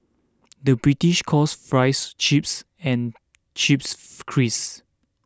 the British calls Fries Chips and chips crisps